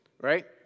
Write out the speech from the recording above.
right